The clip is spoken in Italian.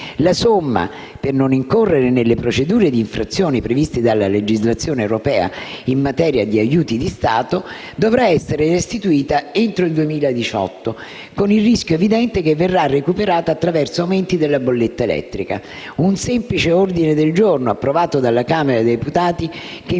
La somma, per non incorrere nelle procedure di infrazione previste dalla legislazione europea in materia di aiuti di Stato, dovrà essere restituita entro il 2018, con il rischio evidente che verrà recuperata attraverso aumenti della bolletta elettrica. Un semplice ordine del giorno, approvato dalla Camera dei deputati, che impegna